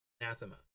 Anathema